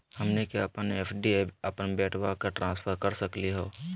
हमनी के अपन एफ.डी अपन बेटवा क ट्रांसफर कर सकली हो?